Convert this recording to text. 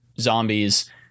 zombies